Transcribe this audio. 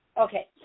Okay